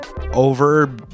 over